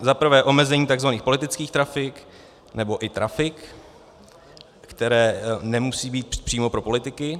Za prvé omezení tzv. politických trafik, nebo i trafik, které nemusí být přímo pro politiky.